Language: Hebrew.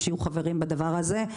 שיהיו חברים בדבר הזה.